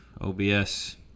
OBS